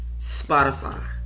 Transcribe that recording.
Spotify